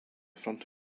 front